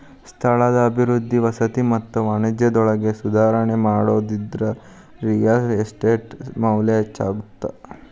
ಸ್ಥಳದ ಅಭಿವೃದ್ಧಿ ವಸತಿ ಮತ್ತ ವಾಣಿಜ್ಯದೊಳಗ ಸುಧಾರಣಿ ಮಾಡೋದ್ರಿಂದ ರಿಯಲ್ ಎಸ್ಟೇಟ್ ಮೌಲ್ಯ ಹೆಚ್ಚಾಗತ್ತ